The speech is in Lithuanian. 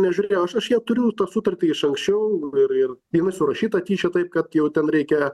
nežiūrėjau aš ją aš jau turiu tą sutartį iš anksčiau ir ir jinai surašyta tyčia taip kad jau ten reikia